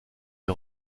les